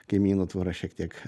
kaimyno tvora šiek tiek